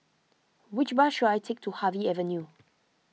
which bus should I take to Harvey Avenue